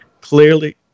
Clearly